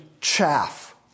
chaff